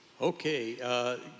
Okay